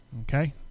Okay